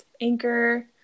Anchor